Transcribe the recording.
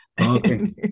Okay